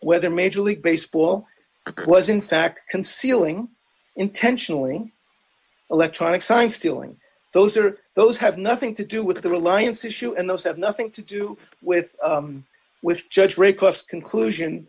whether major league baseball was in fact concealing intentionally electronic sign stealing those or those have nothing to do with the reliance issue and those have nothing to do with with judge requests conclusion